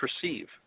perceive